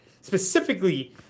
specifically